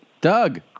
Doug